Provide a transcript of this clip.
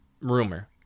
rumor